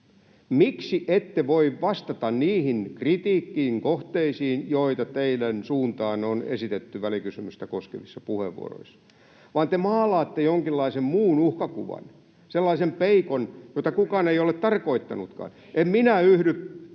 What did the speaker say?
Miksi ette voi vastata niihin kritiikin kohteisiin, joita teidän suuntaanne on esitetty välikysymystä koskevissa puheenvuoroissa, vaan te maalaatte jonkinlaisen muun uhkakuvan, sellaisen peikon, jota kukaan ei ole tarkoittanutkaan? En minä yhdy